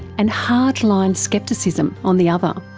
and hard-line scepticism on the other.